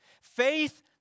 faith